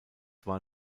war